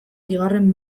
bigarren